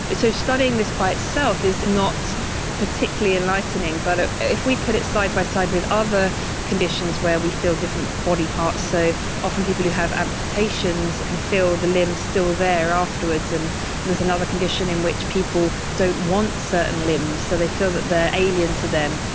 so studying this by itself is not particularly enlightening, but ah if we put it side by side with other conditions where we feel different body parts so often people who have amputations can feel the limb still there afterwards, and there's another condition in which people don't want certain limbs, so they feel that they're alien to them.